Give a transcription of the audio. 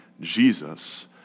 Jesus